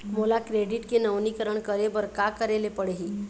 मोला क्रेडिट के नवीनीकरण करे बर का करे ले पड़ही?